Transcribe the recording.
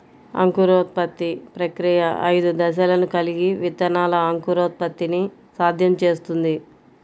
అంకురోత్పత్తి ప్రక్రియ ఐదు దశలను కలిగి విత్తనాల అంకురోత్పత్తిని సాధ్యం చేస్తుంది